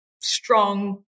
strong